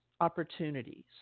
opportunities